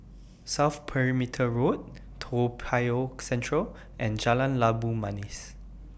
South Perimeter Road Toa Payoh Central and Jalan Labu Manis